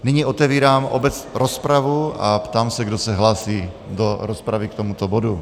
Nyní otevírám rozpravu a ptám se, kdo se hlásí do rozpravy k tomuto bodu.